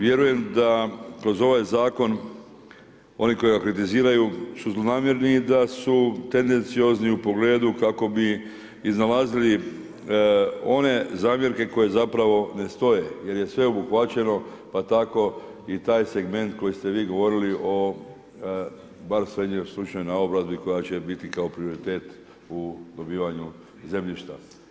Vjerujem da kroz ovaj zakon oni koji ga kritiziraju su zlonamjerni, da su tendenciozni u pogledu kako bi iznalazili one zamjerke koje zapravo ne stoje jer je sve obuhvaćeno pa tako i taj segment koji ste vi govorili o bar srednjoj stručnoj naobrazbi koja će biti kao prioritet u dobivanju zemljišta.